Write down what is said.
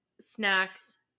snacks